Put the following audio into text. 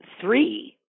three